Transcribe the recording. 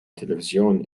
televisión